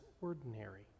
ordinary